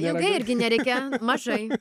ilgai irgi nereikia mažai